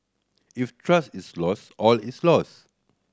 if trust is lost all is lost